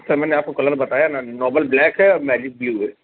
سر میں نے آپ کو کلر بتایا نا نارمل بلیک ہے میجک بلیو ہے